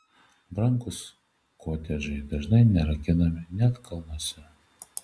prabangūs kotedžai dažnai nerakinami net kalnuose